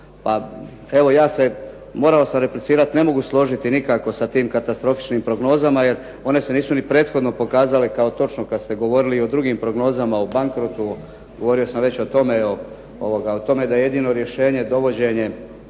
Pa evo, morao sam replicirati, ne mogu se složiti nikako sa tim katastrofičnim prognozama jer one se nisu ni prethodno pokazale kao točno kad ste govorili o drugim prognozama, o bankrotu. Govorio sam već o tome da je jedino rješenje dovođenje